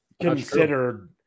considered